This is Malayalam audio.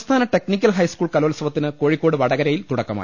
സംസ്ഥാന ടെക്നിക്കൽ ഹൈസ്കൂൾ കലോത്സവത്തിന് കോഴിക്കോട് വടകരയിൽ തുടക്കമായി